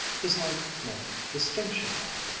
his height meant distinction now.